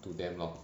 to them lor